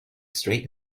straight